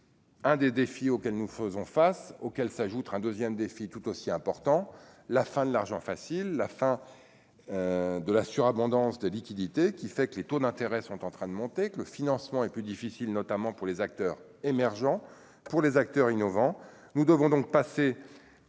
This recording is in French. un des défis auxquels nous faisons face auquel s'ajoute un 2ème défi tout aussi important, la fin de l'argent facile, la fin de la surabondance de liquidités qui fait que les taux d'intérêt sont en train de monter que le financement est plus difficile, notamment pour les acteurs émergents pour les acteurs innovants,